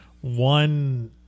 one